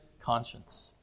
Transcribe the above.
conscience